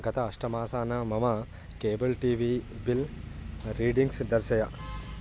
गत अष्टमासानां मम cable T V bill readings दर्शय